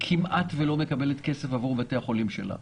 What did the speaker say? כמעט ולא מקבלת כסף עבור בתי החולים שלה.